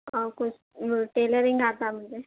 اور کچھ ٹیلرنگ آتا ہے مجھے